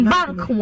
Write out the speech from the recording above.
Bank